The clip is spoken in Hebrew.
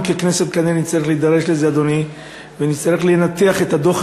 אנחנו ככנסת כנראה נצטרך להידרש לכך ונצטרך לנתח את הדוח